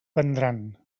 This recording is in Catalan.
vendran